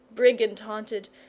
brigand-haunted,